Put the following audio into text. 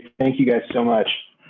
thank you guys so much.